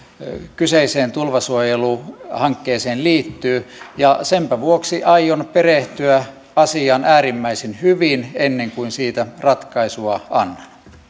kyseiseen tulvasuojeluhankkeeseen liittyy ja senpä vuoksi aion perehtyä asiaan äärimmäisen hyvin ennen kuin siitä ratkaisua annan